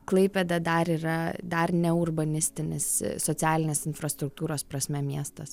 klaipėda dar yra dar ne urbanistinis socialinės infrastruktūros prasme miestas